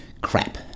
crap